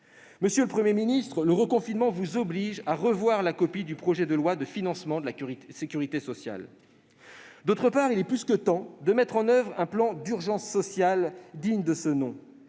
Monsieur le Premier ministre, ce reconfinement vous oblige à revoir la copie du projet de loi de financement de la sécurité sociale. Par ailleurs, il est plus que temps de mettre en oeuvre un plan d'urgence sociale digne de ce nom.